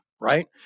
right